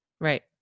Right